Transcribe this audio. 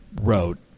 wrote